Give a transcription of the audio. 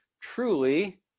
truly